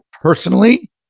personally